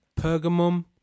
pergamum